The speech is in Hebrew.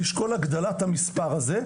צריך לשקול את הגדלת המספר הזה,